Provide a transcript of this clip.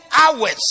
hours